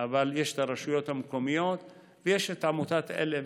אבל יש את הרשויות המקומיות ויש את עמותת עלם,